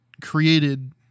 created